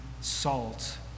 salt